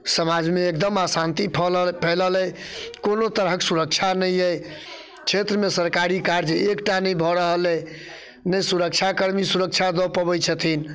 समाजमे एकदम अशान्ति फैलल अइ कोनो तरहके सुरक्षा नहि अइ क्षेत्रमे सरकारी कार्य एकटा नहि भऽ रहल अइ नहि सुरक्षाकर्मी सुरक्षा दऽ पबै छथिन